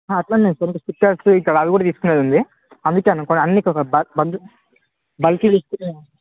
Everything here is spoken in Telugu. అట్లనే సార్ ఇంకా స్టిక్కర్స్ ఇక్కడ అవి కూడా తీసుకునేది ఉంది అందుకే అన్న అన్ని బ బల్క్ తీసుకుంటే ఏమైన